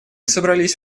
собрались